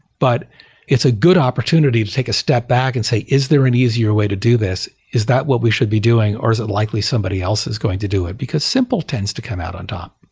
but it's a good opportunity to take a step back and say, is there an easier way to do this? is that what we should be doing or is a likely somebody else is going to do it? because simple tends to come out on top